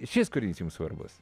šis kūrinys jums svarbus